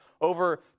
over